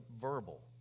verbal